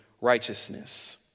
righteousness